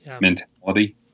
mentality